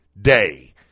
Day